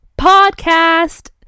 podcast